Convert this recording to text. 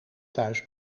thuis